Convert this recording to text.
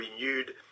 Renewed